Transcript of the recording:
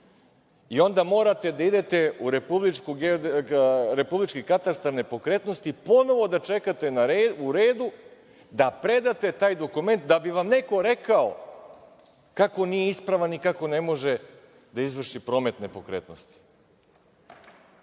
i onda morate da idete u Republički katastar nepokretnosti, ponovo da čekate u redu da predate taj dokument da bi vam neko rekao kako nije ispravan i kako ne može da izvrši promet nepokretnosti.